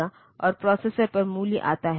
तो उन चरणों में इस S0 S1 पिन में उचित मूल्य होंगे